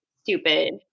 stupid